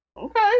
Okay